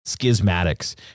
Schismatics